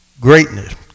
greatness